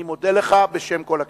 אני מודה לך בשם כל הכנסת.